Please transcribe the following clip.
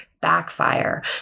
backfire